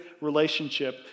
relationship